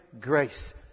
grace